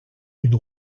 une